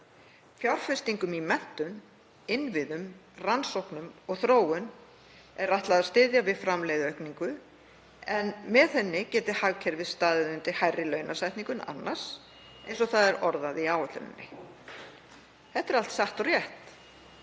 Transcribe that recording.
Fjárfestingum í menntun, innviðum, rannsóknum og þróun er ætlað að styðja við framleiðniaukningu en með henni geti hagkerfið staðið undir hærri launasetningu en annars, eins og það er orðað í áætluninni. Þetta er allt satt og rétt,